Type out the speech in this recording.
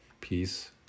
peace